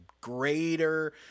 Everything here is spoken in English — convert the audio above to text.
greater